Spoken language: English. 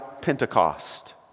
Pentecost